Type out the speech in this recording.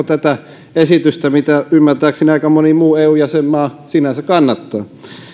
tätä esitystä mitä ymmärtääkseni aika moni muu eun jäsenmaa sinänsä kannattaa